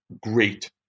great